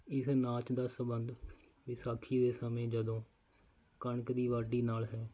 ਇਸ ਨਾਚ ਦਾ ਸੰਬੰਧ ਵਿਸਾਖੀ ਦੇ ਸਮੇਂ ਜਦੋਂ ਕਣਕ ਦੀ ਵਾਢੀ ਨਾਲ ਹੈ